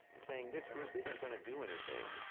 saying this group isn't gonna do anything.